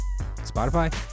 spotify